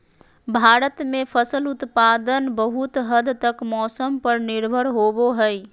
भारत में फसल उत्पादन बहुत हद तक मौसम पर निर्भर होबो हइ